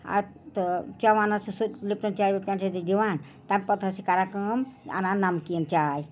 اَتھ چٮ۪وان حظ چھِ سُہ لِپٹَن چاے وِپٹَن چاے چھُ دِوان تَمہِ پَتہٕ حظ چھِ کران کٲم اَنان نَمکیٖن چاے